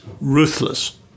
ruthless